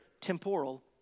temporal